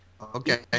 Okay